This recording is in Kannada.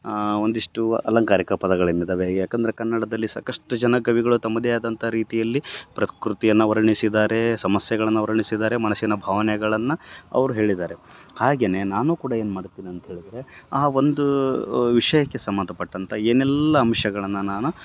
ಹಾಂ ಒಂದಿಷ್ಟು ಅಲಂಕಾರಿಕ ಪದಗಳೇನಿದಾವೆ ಯಾಕಂದ್ರೆ ಕನ್ನಡದಲ್ಲಿ ಸಾಕಷ್ಟು ಜನ ಕವಿಗಳು ತಮ್ಮದೇ ಆದಂಥ ರೀತಿಯಲ್ಲಿ ಪ್ರಕೃತಿಯನ್ನ ವರ್ಣಿಸಿದಾರೇ ಸಮಸ್ಯೆಗಳನ್ನು ವರ್ಣಿಸಿದಾರೆ ಮನಸಿನ ಭಾವನೆಗಳನ್ನು ಅವ್ರು ಹೇಳಿದಾರೆ ಹಾಗೇ ನಾನು ಕೂಡ ಏನು ಮಾಡ್ತೀನಿ ಅಂತೇಳಿದ್ರೆ ಆ ಒಂದು ವಿಷಯಕ್ಕೆ ಸಂಬಂಧಪಟ್ಟಂಥ ಏನೆಲ್ಲಾ ಅಂಶಗಳನ್ನು ನಾನು